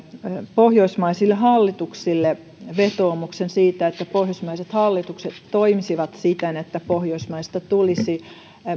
pohjoismaisille hallituksille vetoomuksen siitä että pohjoismaiset hallitukset toimisivat siten että pohjoismaista tulisi